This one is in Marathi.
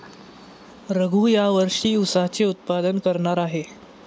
रघू या वर्षी ऊसाचे उत्पादन करणार आहे